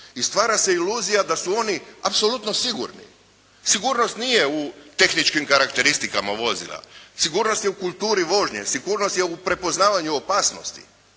i stvara se iluzija da su oni apsolutno sigurni. Sigurnost nije u tehničkim karakteristikama vozila. Sigurnost je u kulturi vožnje, sigurnost je u prepoznavanju opasnosti.